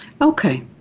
Okay